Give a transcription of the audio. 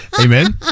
Amen